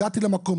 הגעתי למקום,